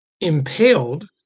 impaled